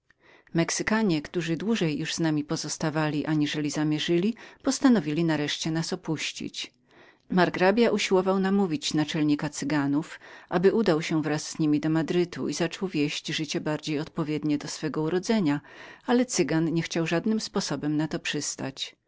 którzy dłużej już z nami byli pozostali aniżeli zamierzyli postanowili nareszcie nas opuścić margrabia usiłował namówić naczelnika cyganów aby udał się wraz z niemi do madrytu i zaczął wieść życie bardziej odpowiednie swemu urodzeniu ale cygan nie chciał żadnym sposobem przystać